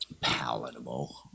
palatable